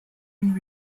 and